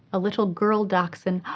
a little girl dachshund,